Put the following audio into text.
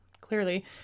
clearly